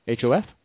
HOF